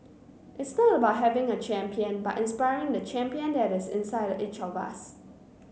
it's not about having a champion but inspiring the champion that is inside each of us